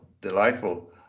delightful